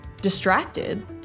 distracted